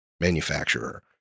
manufacturer